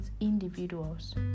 individuals